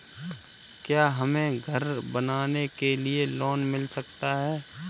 क्या हमें घर बनवाने के लिए लोन मिल सकता है?